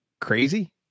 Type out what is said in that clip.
crazy